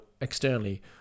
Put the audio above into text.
externally